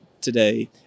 today